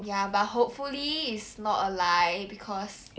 ya but hopefully it's not a lie because